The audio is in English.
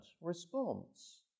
response